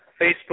Facebook